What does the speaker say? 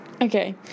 Okay